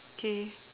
okay